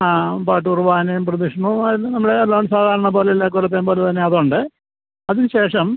ആ പാട്ട് കുറുബാനയും പ്രദക്ഷിണവും അത് നമ്മൾ എല്ലാം സാധാരണ പോലെയെല്ലാ കൊല്ലത്തെയും പോലെ തന്നെ അതുണ്ട് അതിന് ശേഷം